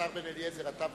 השר בן-אליעזר, אתה ותיק.